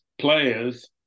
players